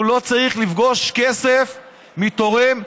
והוא לא צריך לפגוש כסף מתורם.